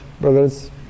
brothers